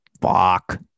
Fuck